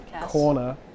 Corner